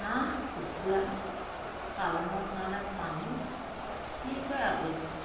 হাঁহ কুকুৰা পালনৰ কাৰণে পানী অতিকৈ আৱশ্যক